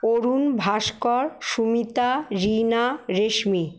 অরুণ Bhaskar Sumita Rina রেশমি